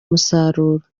umusaruro